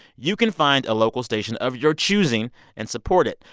you can find a local station of your choosing and support it.